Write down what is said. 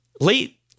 late